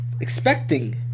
Expecting